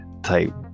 type